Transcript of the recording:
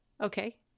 Okay